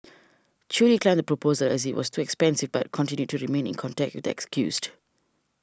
Chew declined the proposal as it was too expensive but continued to remain in contact with the excused